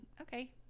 okay